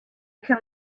can